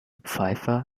pfeiffer